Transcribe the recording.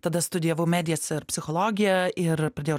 tada studijavau medijas ir psichologiją ir pradėjau